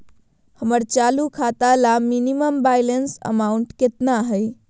हमर चालू खाता ला मिनिमम बैलेंस अमाउंट केतना हइ?